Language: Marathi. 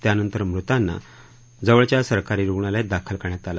त्यानंतर मृतांना जवळच्या सरकारी रुग्णालयात दाखल करण्यात आलं